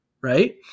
right